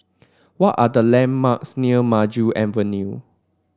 what are the landmarks near Maju Avenue